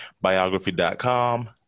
biography.com